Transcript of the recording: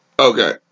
Okay